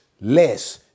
less